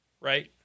right